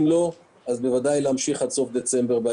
אם לא, בוודאי להמשיך עד סוף דצמבר.